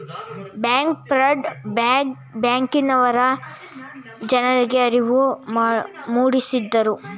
bank fraud ಬಗ್ಗೆ ಬ್ಯಾಂಕಿನವರು ಜನರಿಗೆ ಅರಿವು ಮೂಡಿಸಿದರು